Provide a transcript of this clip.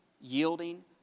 yielding